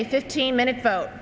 a fifteen minute vote